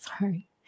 Sorry